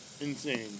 Insane